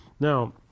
Now